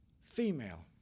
female